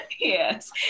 Yes